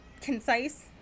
concise